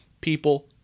people